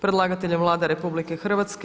Predlagatelj je Vlada RH.